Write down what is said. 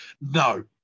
No